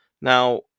Now